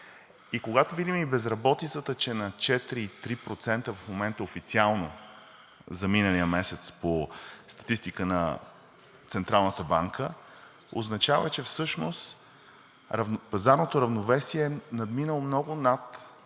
И когато видим, че безработицата е 4,3% официално за миналия месец по статистика на Централната банка, означава, че всъщност пазарното равновесие е надминало много над